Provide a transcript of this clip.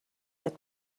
یاد